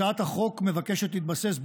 הצעת החוק מבקשת להתבסס,